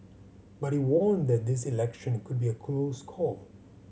but he warned that this election could be a close call